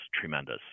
tremendous